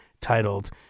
titled